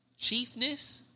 chiefness